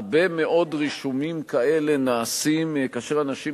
הרבה מאוד רישומים כאלה נעשים כאשר אנשים